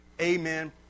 amen